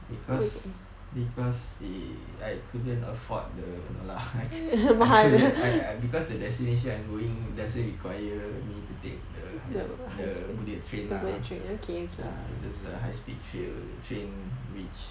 because because I couldn't afford the no lah I feel that I I because the destination I'm going doesn't require me to take the high sp~ the bullet train lah it's just the high speed tra~ train which